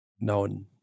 known